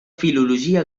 filologia